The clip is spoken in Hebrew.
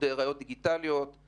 ראיות דיגיטליות בשל העדר ידע טכנולוגי.